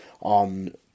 on